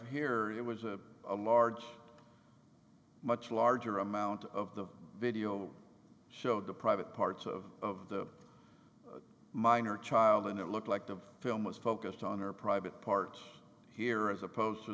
here it was a a margin much larger amount of the video showed the private parts of of the minor child and it looked like the film was focused on her private part here as opposed to